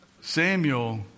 Samuel